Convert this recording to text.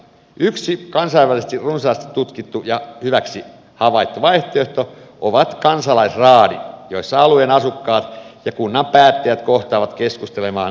yksi kansainvälisesti runsaasti tutkittu ja hyväksi havaittu vaihtoehto ovat kansalaisraadit joissa alueen asukkaat ja kunnan päättäjät kohtaavat keskustelemaan paikallisista asioista